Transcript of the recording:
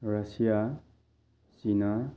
Russia China